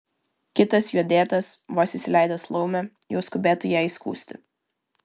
kitas juo dėtas vos įsileidęs laumę jau skubėtų ją įskųsti